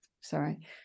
sorry